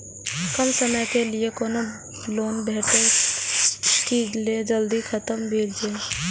कम समय के लीये कोनो लोन भेटतै की जे जल्दी खत्म भे जे?